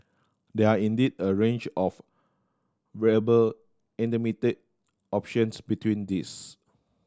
there are indeed a range of viable intermediate options between these